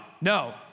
no